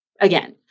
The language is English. again